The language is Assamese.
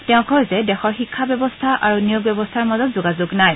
তেওঁ কয় যে দেশৰ শিক্ষা ব্যৱস্থা আৰু নিয়োগ ব্যৱস্থাৰ মাজত যোগাযোগ নাই